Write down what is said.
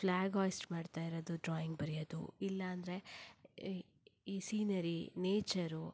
flag hoist ಮಾಡ್ತಾ ಇರೋದು drawing ಬರಿಯೋದು ಇಲ್ಲ ಅಂದರೆ ಈ ಈ ಸೀನರಿ ನೇಚರು